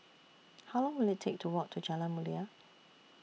How Long Will IT Take to Walk to Jalan Mulia